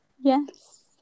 Yes